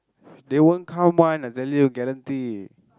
they won't come one I tell you guarantee